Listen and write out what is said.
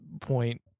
point